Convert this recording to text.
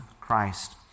Christ